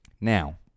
Now